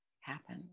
happen